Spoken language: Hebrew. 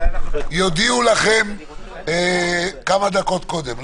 יודיעו לכם כמה דקות קודם.